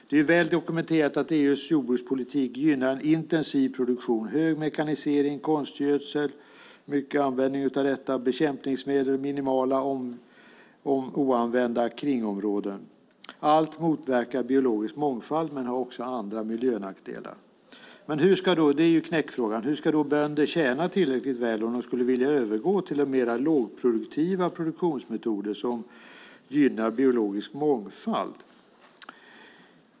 Det är väl dokumenterat att EU:s jordbrukspolitik gynnar en intensiv produktion med hög mekanisering och mycket användning av konstgödsel. Det är bekämpningsmedel och minimala oanvända kringområden. Allt detta motverkar biologisk mångfald men har också miljönackdelar. Knäckfrågan är: Hur ska bönder tjäna tillräckligt väl om de skulle vilja övergå till mer lågproduktiva produktionsmetoder som gynnar biologisk mångfald?